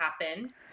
happen